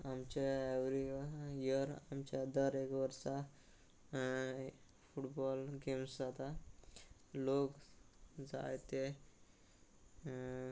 आमचे every year आमच्या दर एक वर्सा फुटबॉल गेम्स जाता लोक जायते